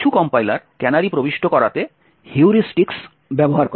কিছু compiler canary প্রবিষ্ট করাতে হিউরিস্টিক ব্যবহার করে